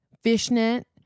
fishnet